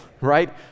right